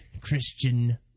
Christian